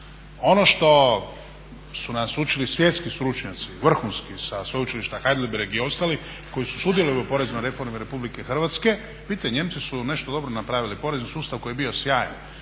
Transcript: Ono što su nas učili svjetski stručnjaci, vrhunski sa Sveučilišta Haidelberg i ostali koji su sudjelovali u poreznoj reformi RH, vidite Nijemci su nešto dobro napravili. Porezni sustav koji je bio sjajan,